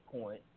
point